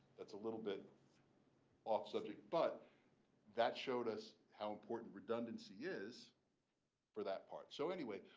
that's a little bit off subject. but that showed us how important redundancy is for that part. so anyway,